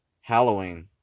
Halloween